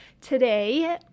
Today